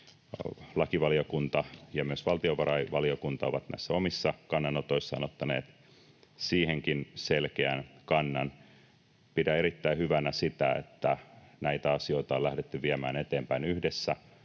valtiovarainvaliokunta ovat näissä omissa kannanotoissaan ottaneet siihenkin selkeän kannan. Pidän erittäin hyvänä sitä, että näitä asioita on lähdetty viemään eteenpäin yhdessä.